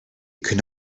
could